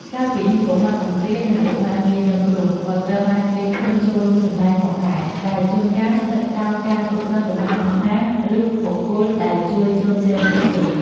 ក្រៅពីនេះ កុមារកំព្រា និង កុមារងាយរងគ្រោះ ក៏ត្រូវបានគេឃើញចូលរួមសម្ដែងផងដែរ ដែលជួនកាលស្ថិតក្រោមការគ្រប់គ្រងរបស់អង្គការ ឬបុគ្គលដែលជួយជ្រោមជ្រែងពួកគេ។